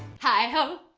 heigh-ho,